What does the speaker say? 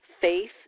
faith